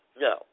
no